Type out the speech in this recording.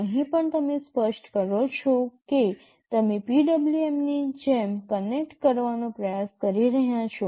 અહીં પણ તમે સ્પષ્ટ કરો છો કે તમે PWM ની જેમ કનેક્ટ કરવાનો પ્રયાસ કરી રહ્યાં છો